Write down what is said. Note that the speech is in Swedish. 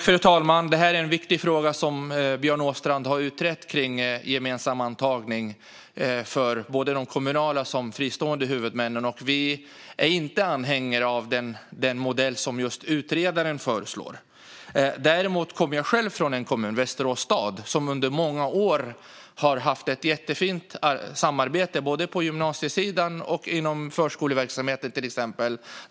Fru talman! Det är en viktig fråga som Björn Åstrand har utrett om gemensam antagning för både de kommunala och de fristående huvudmännen. Vi är inte anhängare av den modell som utredaren föreslår. Däremot kommer jag själv från en kommun, Västerås stad, som under många år har haft ett jättefint samarbete både på gymnasiesidan och inom till exempel förskoleverksamheten.